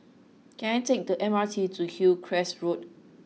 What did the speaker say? can I take the M R T to Hillcrest Road